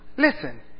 Listen